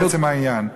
לעצם העניין.